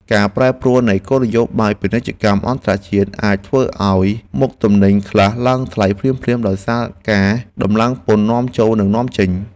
ការប្រែប្រួលនៃគោលនយោបាយពាណិជ្ជកម្មអន្តរជាតិអាចធ្វើឱ្យមុខទំនិញខ្លះឡើងថ្លៃភ្លាមៗដោយសារការដំឡើងពន្ធនាំចូលនិងនាំចេញ។